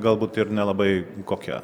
galbūt ir nelabai kokia